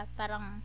parang